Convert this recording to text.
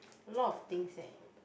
a lot of things eh